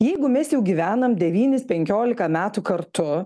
jeigu mes jau gyvenam devynis penkiolika metų kartu